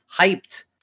hyped